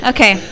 Okay